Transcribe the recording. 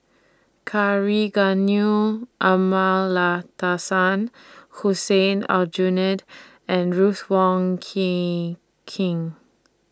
Kavignareru Amallathasan Hussein Aljunied and Ruth Wong King King